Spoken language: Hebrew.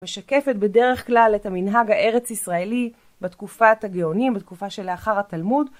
משקפת בדרך כלל את המנהג הארץ-ישראלי בתקופת הגאונים, בתקופה שלאחר התלמוד.